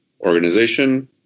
organization